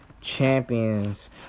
Champions